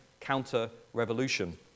counter-revolution